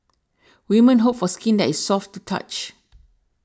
women hope for skin that is soft to touch